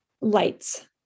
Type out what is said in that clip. lights